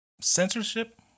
censorship